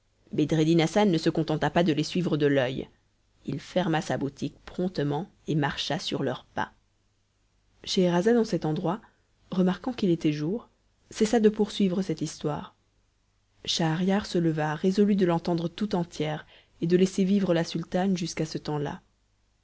hassan ne se contenta pas de les suivre de l'oeil il ferma sa boutique promptement et marcha sur leurs pas scheherazade en cet endroit remarquant qu'il était jour cessa de poursuivre cette histoire schahriar se leva résolu de l'entendre tout entière et de laisser vivre la sultane jusqu'à ce temps-là